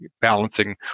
balancing